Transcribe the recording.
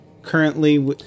Currently